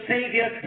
Savior